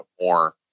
more